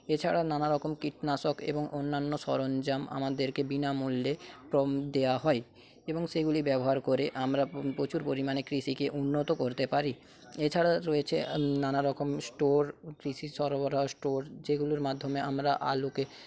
এছাড়া নানারকম কীটনাশক এবং অন্যান্য সরঞ্জাম আমাদেরকে বিনামূল্যে দেওয়া হয় এবং সেগুলি ব্যবহার করে আমরা প্রচুর পরিমাণে কৃষিকে উন্নত করতে পারি এছাড়া রয়েছে নানারকম স্টোর কৃষি সরবরাহ স্টোর যেগুলির মাধ্যমে আমরা আলুকে